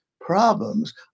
problems